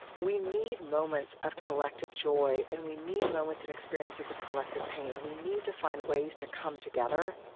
we need moments of collective joy, and we need moments and experiences of collective pain. we need to find ways to come together